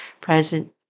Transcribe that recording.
present